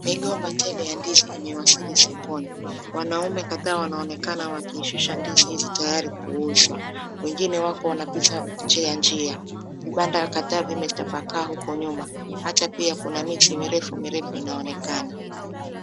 Migomba tele ya ndizi imewasili sokoni. Wanaume kadhaa wanaonekana wakishusha ndizi hizi tayari kuuzwa. Wengine wako wanapita nje ya njia. Vibanda kadhaa vimetapakaa huko nyuma. Hata pia kuna miti mirefu mirefu inaonekana.